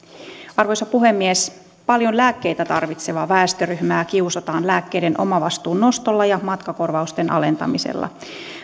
arvoisa puhemies paljon lääkkeitä tarvitsevaa väestöryhmää kiusataan lääkkeiden omavastuun nostolla ja matkakorvausten alentamisella